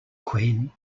queen